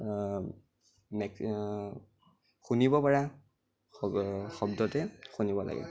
make শুনিব পৰা শব্দতে শুনিব লাগে